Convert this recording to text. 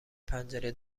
پنجره